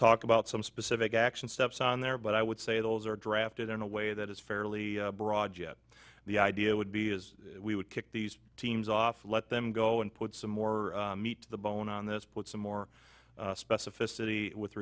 talk about some specific action steps on there but i would say those are drafted in a way that is fairly broad yet the idea would be is we would kick these teams off let them go and put some more meat to the bone on this put some more specificity with